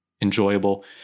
enjoyable